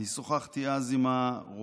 אני שוחחתי אז עם הרופא.